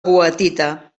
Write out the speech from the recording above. goethita